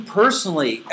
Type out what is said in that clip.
personally